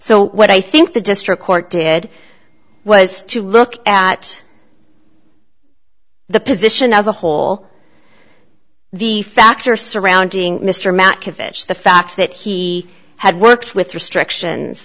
so what i think the district court did was to look at the position as a whole the factor surrounding mr mack offish the fact that he had worked with restrictions